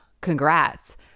Congrats